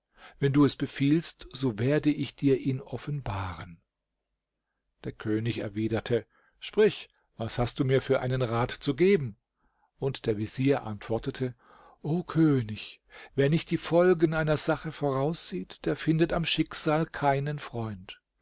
wenn du es befiehlst so werde ich dir ihn offenbaren der könig erwiderte sprich was hast du mir für einen rat zu geben und der vezier antwortete o könig wer nicht die folgen einer sache voraussieht der findet am schicksal keinen freund